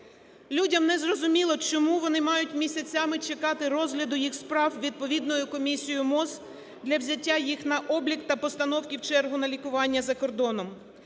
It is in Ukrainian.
Людям незрозуміло, чому вони мають місяцями чекати розгляду їх справ відповідною комісією МОЗ для взяття їх на облік та постановки в чергу на лікування за кордоном,